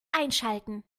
einschalten